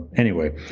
anyway,